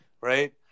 right